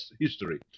history